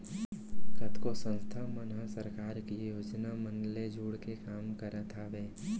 कतको संस्था मन ह सरकार के योजना मन ले जुड़के काम करत हावय